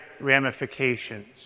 ramifications